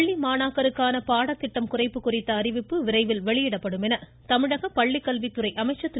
பள்ளி மாணாக்கருக்கான பாடத்திட்டம் குறைப்பு குறித்த அறிவிப்பு விரைவில் வெளியிடப்படும் என்று மாநில பள்ளிக்கல்வித்துறை அமைச்சர் திரு